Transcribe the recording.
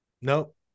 nope